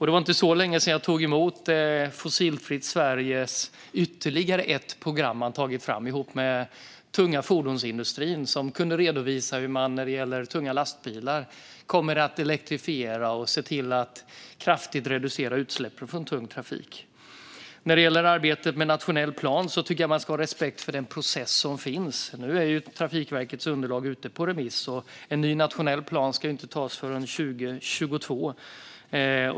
Det var inte så länge sedan jag tog emot ytterligare ett program som Fossilfritt Sverige har tagit fram tillsammans med den tunga fordonsindustrin. Där redovisas hur tunga lastbilar ska elektrifieras, vilket kraftigt kan reducera utsläppen från tung trafik. När det gäller arbetet med nationell plan tycker jag att man ska ha respekt för den process som finns. Nu är Trafikverkets underlag ute på remiss, och en ny nationell plan ska inte antas förrän 2022.